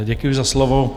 Děkuji za slovo.